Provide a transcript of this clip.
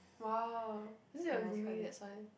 !wah! is it your roomie that's why